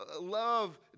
love